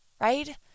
right